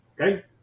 Okay